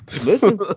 Listen